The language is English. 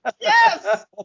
Yes